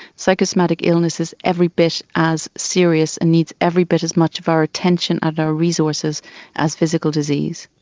psychosomatic illness is every bit as serious and needs every bit as much of our attention and our resources as physical disease.